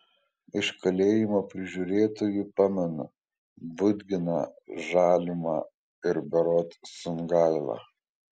iš kalėjimo prižiūrėtojų pamenu budginą žalimą ir berods sungailą